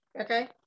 okay